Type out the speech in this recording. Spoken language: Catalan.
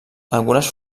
algunes